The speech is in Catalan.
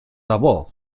debò